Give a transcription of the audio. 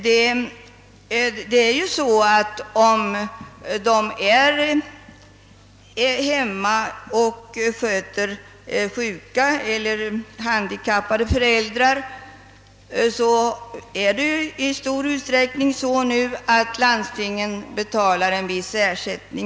Redan nu utbetalar landstingen i stor utsträckning en viss ersättning till de kvinnor som stannar hemma och sköter om sjuka och handikappade föräldrar.